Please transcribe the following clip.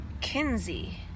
Kinsey